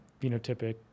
phenotypic